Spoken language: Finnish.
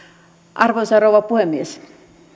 arvoisa rouva puhemies